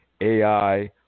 AI